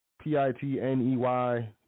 P-I-T-N-E-Y